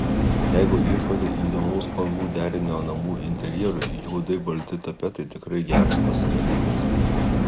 jeigu ieškote įdomaus spalvų derinio namų interjerui juodai balti tapetai tikrai geras pasirinkimas